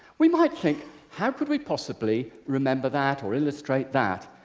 we might think how could we possibly remember that or illustrate that?